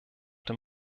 dem